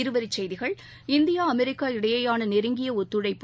இருவரிச்செய்திகள் India America இடையேயான நெருங்கிய ஒத்துழைப்பு